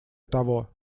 того